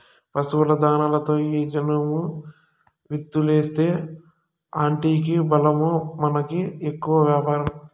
పశుల దాణాలలో ఈ జనుము విత్తూలేస్తీ ఆటికి బలమూ మనకి ఎక్కువ వ్యాపారం